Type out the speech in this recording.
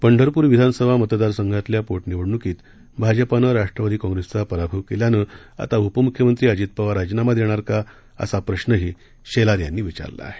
पंढरपूर शिल्या विधानसभा पोटनिवडणुकीत भाजपानं राष्ट्रवादीचा पराभव केल्यानं आता उपमुख्यमंत्री अजित पवार राजीनामा देणार का असा प्रश्नही शेलार यांनी विचारला आहे